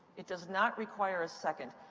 it does not require a second.